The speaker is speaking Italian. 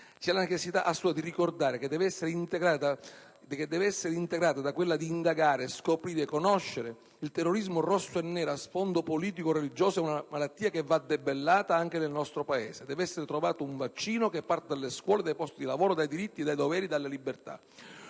C'è la necessità assoluta di ricordare, che deve essere integrata da quella di indagare, scoprire, conoscere. Il terrorismo, rosso e nero, a sfondo politico o religioso, è una malattia che va debellata, anche nel nostro Paese. Deve essere trovato un vaccino, che parta dalle scuole, dai posti di lavoro, dai diritti e dai doveri, dalle libertà.